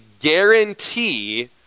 guarantee